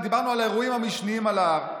אם דיברנו על האירועים המשניים על ההר,